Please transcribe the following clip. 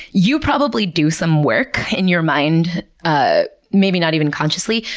you probably do some work in your mind ah maybe not even consciously,